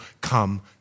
come